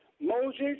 Moses